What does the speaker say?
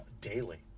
daily